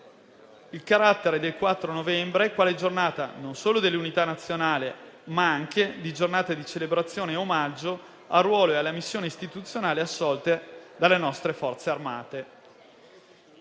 il carattere del 4 novembre quale Giornata non solo dell'Unità nazionale, ma anche di celebrazione e omaggio al ruolo e alla missione istituzionale assolta dalle nostre Forze armate.